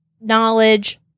knowledge